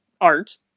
art